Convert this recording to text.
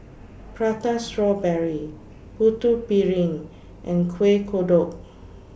Prata Strawberry Putu Piring and Kueh Kodok